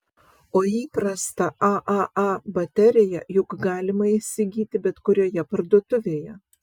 o įprastą aaa bateriją juk galima įsigyti bet kurioje parduotuvėje